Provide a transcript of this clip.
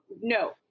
No